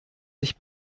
sich